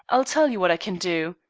i'll tell you what i can do.